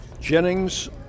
Jennings